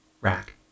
Rack